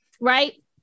right